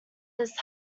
this